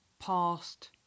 past